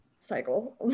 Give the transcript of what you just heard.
cycle